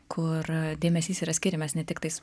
kur dėmesys yra skiriamas ne tiktais